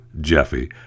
Jeffy